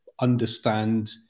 understand